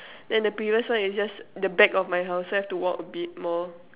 and then the previous one is just the back of my house so I have to walk a bit more